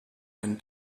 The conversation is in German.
ein